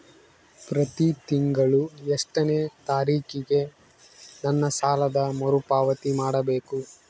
ಪ್ರತಿ ತಿಂಗಳು ಎಷ್ಟನೇ ತಾರೇಕಿಗೆ ನನ್ನ ಸಾಲದ ಮರುಪಾವತಿ ಮಾಡಬೇಕು?